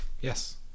Yes